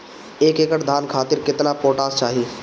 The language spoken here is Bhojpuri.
एक एकड़ धान खातिर केतना पोटाश चाही?